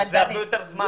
הרבה יותר זמן.